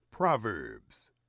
Proverbs